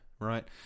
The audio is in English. right